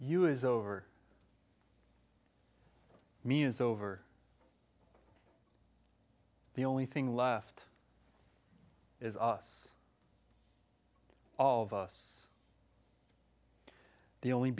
you is over me is over the only thing left is us all of us the only